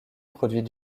produit